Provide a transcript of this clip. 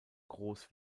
groß